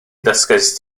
ddysgaist